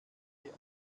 die